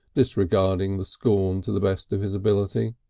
disregarding the scorn to the best of his ability.